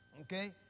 Okay